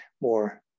more